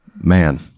Man